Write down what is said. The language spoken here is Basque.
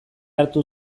hartu